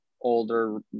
older